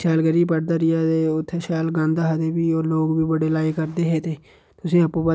शैल करियै पढ़दा रेहा ते शैल गांदा हा ते भी ओह् लोक बी बड़े लाईक करदे हे तुसें गी आपूं पता